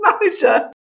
manager